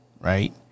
Right